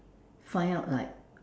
find out like